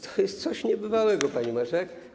To jest coś niebywałego, pani marszałek.